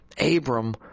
Abram